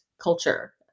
culture